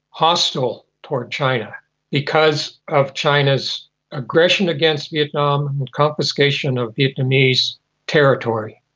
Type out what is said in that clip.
hostile towards china because of china's aggression against vietnam, confiscation of vietnamese territory,